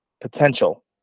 potential